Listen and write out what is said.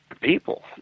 people